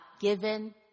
given